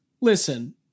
listen